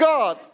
God